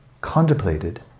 contemplated